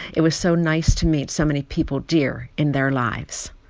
it was so nice to meet so many people dear in their lives.